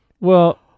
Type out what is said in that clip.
Well-